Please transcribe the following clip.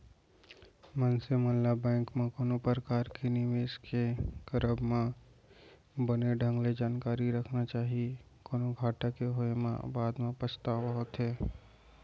मनसे मन ल बेंक म कोनो परकार के निवेस के करब म बने ढंग ले जानकारी रखना चाही, कोनो घाटा के होय म बाद म पछतावा होथे